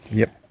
yep.